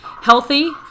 healthy